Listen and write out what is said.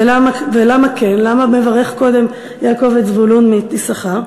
ולמה כן?" למה מברך יעקב את זבולון קודם ליששכר?